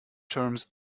terms